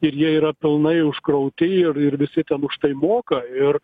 ir jie yra pilnai užkrauti ir ir visi ten už tai moka ir